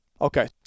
Okay